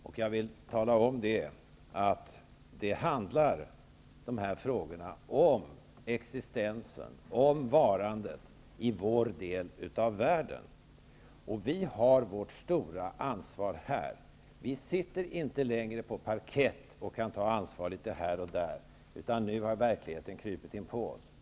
Det är vad dessa frågor handlar om, nämligen existensen, varandet, i vår del av världen. Vi har vårt stora ansvar här. Vi sitter inte längre på parkett och kan ta ansvar litet här och där, utan nu har verkligheten krupit inpå oss.